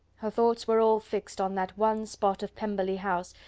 her thoughts were all fixed on that one spot of pemberley house,